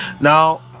now